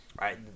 Right